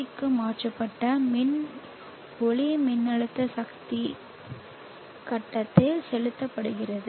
க்கு மாற்றப்பட்ட பின் ஒளிமின்னழுத்த சக்தி கட்டத்தில் செலுத்தப்படுகிறது